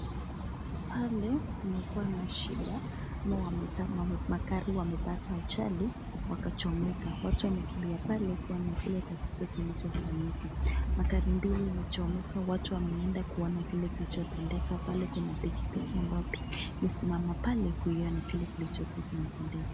Pale kumekuwa na shida ama magari wamepatwa ajali wakachomeka. Watu wamekimbia pale kuona kile tatizo kilichofanyika. Magari mbili imechomeka watu wameenda kuona kile kilichotendeka. Pale kuna pikipiki ambayo imesimama pale kuiona kile kilichokuwa kinatendeka.